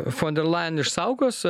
fon der layan išsaugos